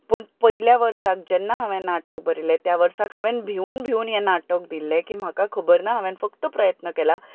पूण पयल्या वर्सा जेन्ना हांवें नाटक बरयलें त्या वर्साक हांवें भिवून भिवून हें नाटक दिल्लें की म्हाका खबर ना हांवें फक्त प्रयत्न केला